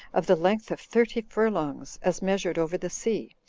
of the length of thirty furlongs, as measured over the sea.